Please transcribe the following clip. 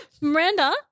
Miranda